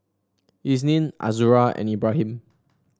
Isnin Azura and Ibrahim